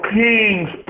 kings